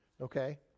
okay